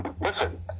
Listen